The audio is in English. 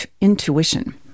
intuition